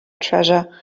treasure